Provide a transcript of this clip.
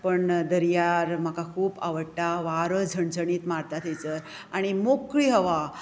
पण दर्यार म्हाका खूब आवडटा वारो झणझणीत मारता थंयसर आनी मोकळी हवा